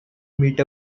meet